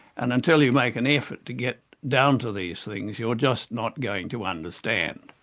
and until you make an effort to get down to these things, you're just not going to understand.